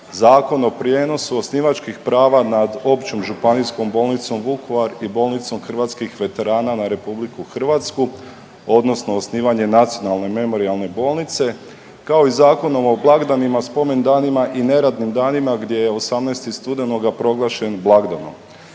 Zakon o prijenosu osnivačkih prava nad Općom županijskom bolnicom Vukovar i Bolnicom hrvatskih veterana na RH odnosno osnivanje Nacionalne memorijalne bolnice, kao i Zakonom o blagdanima, spomendanima i neradnim danima gdje je 18. studenog proglašen blagdanom.